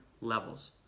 levels